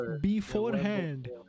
beforehand